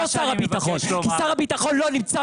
זה לא שר הביטחון כי שר הביטחון לא נמצא